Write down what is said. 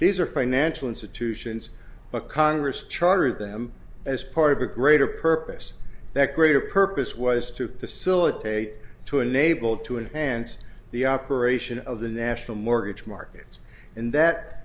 these are financial institutions but congress chartered them as part of a greater purpose that greater purpose was to the silicate to enable to enhance the operation of the national mortgage markets and that